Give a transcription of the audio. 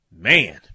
man